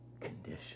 Condition